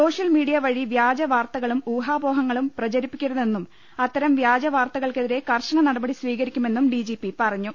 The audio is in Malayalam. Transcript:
സോഷ്യൽമീഡിയ വഴി വ്യാജ വാർത്തകളും ഊഹാപോഹങ്ങളും പ്രചരിപ്പിക്കരുതെന്നും അത്തരം വൃാജ വാർത്തകൾക്കെതിരെ കർശന നടപടി സ്വീകരിക്കുമെന്നും ഡിജിപി പറഞ്ഞു